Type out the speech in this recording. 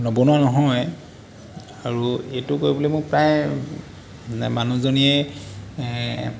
নবনোৱা নহয় আৰু এইটো কৰিবলে মোক প্ৰায় মানে মানুজনীয়ে